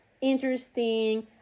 interesting